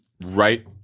right